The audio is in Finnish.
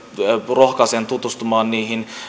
rohkaisen tutustumaan niihin